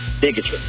bigotry